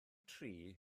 tri